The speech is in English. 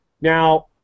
Now